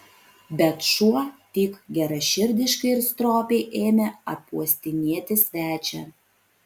bet šuo tik geraširdiškai ir stropiai ėmė apuostinėti svečią